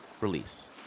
release